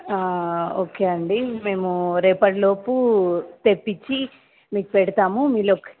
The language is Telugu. ఓకే అండి మేము రేపటి లోపు తెప్పించి మీకు పెడతాము మీ